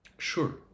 Sure